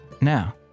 now